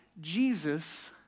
Jesus